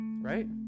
right